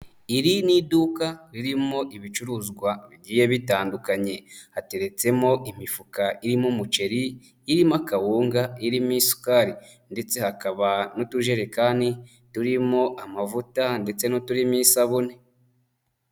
Iri ni iduka ririmo ibicuruzwa bigiye bitandukanye, hateretsemo imifuka irimo umuceri, irimo akawunga, irimo isukari ndetse hakaba n'utujerekani turimo amavuta ndetse n'uturimo isabune.